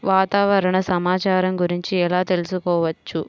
వాతావరణ సమాచారం గురించి ఎలా తెలుసుకోవచ్చు?